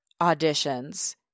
auditions